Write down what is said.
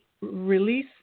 release